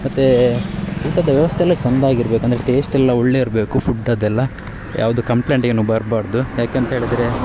ಮತ್ತು ಊಟದ ವ್ಯವಸ್ಥೆ ಎಲ್ಲ ಚಂದ ಆಗಿರಬೇಕು ಅಂದರೆ ಟೇಸ್ಟ್ ಎಲ್ಲ ಒಳ್ಳೆ ಇರಬೇಕು ಫುಡ್ ಅದೆಲ್ಲ ಯಾವುದು ಕಂಪ್ಲೇಂಟ್ ಏನು ಬರಬಾರ್ದು ಯಾಕೆ ಅಂತೇಳಿದರೆ